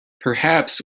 perhaps